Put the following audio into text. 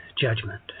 judgment